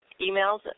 emails